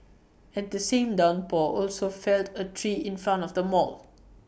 and the same downpour also felled A tree in front of the mall